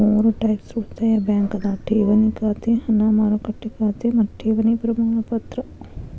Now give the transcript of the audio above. ಮೂರ್ ಟೈಪ್ಸ್ ಉಳಿತಾಯ ಬ್ಯಾಂಕ್ ಅದಾವ ಠೇವಣಿ ಖಾತೆ ಹಣ ಮಾರುಕಟ್ಟೆ ಖಾತೆ ಮತ್ತ ಠೇವಣಿ ಪ್ರಮಾಣಪತ್ರ